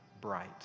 bright